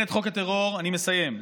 אני מסיים.